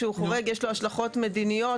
יש לו השלכות מדיניות.